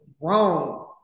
wrong